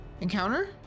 encounter